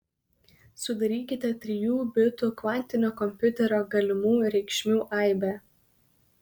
sudarykite trijų bitų kvantinio kompiuterio galimų reikšmių aibę